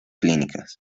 clínicas